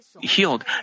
healed